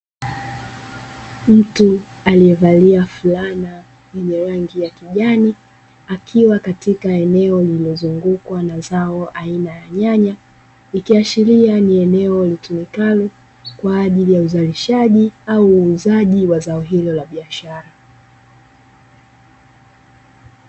Mtu aliyevalia fulana lenye rangi ya kijani akiwa katika eneo lililozungukwa na zao aina ya nyanya, ikiashiria ni eneo litumikalo kwa ajili ya uzalishaji au uuzaji wa zao hilo la biashara.